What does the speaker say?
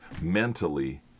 mentally